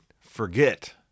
forget